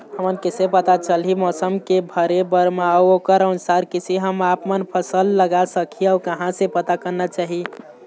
हमन कैसे पता चलही मौसम के भरे बर मा अउ ओकर अनुसार कैसे हम आपमन फसल लगा सकही अउ कहां से पता करना चाही?